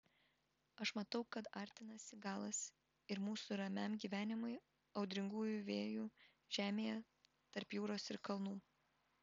aš matau kad artinasi galas ir mūsų ramiam gyvenimui audringųjų vėjų žemėje tarp jūros ir kalnų